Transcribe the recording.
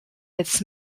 its